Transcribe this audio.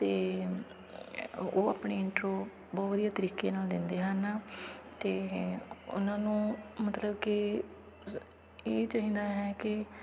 ਅਤੇ ਉਹ ਆਪਣੀ ਇੰਟਰੋ ਬਹੁਤ ਵਧੀਆ ਤਰੀਕੇ ਨਾਲ ਦਿੰਦੇ ਹਨ ਅਤੇ ਉਹਨਾਂ ਨੂੰ ਮਤਲਬ ਕਿ ਇਹ ਚਾਹੀਦਾ ਹੈ ਕਿ